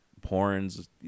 porns